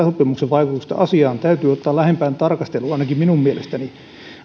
sopimuksen vaikutukseen asiaan täytyy ottaa lähempään tarkasteluun ainakin minun mielestäni